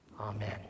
Amen